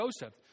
Joseph